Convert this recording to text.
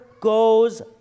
goes